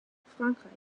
frankreich